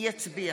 מצביע